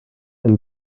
and